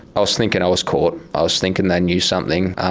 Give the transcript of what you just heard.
i was thinking i was caught, i was thinking they knew something.